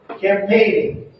campaigning